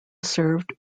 served